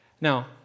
Now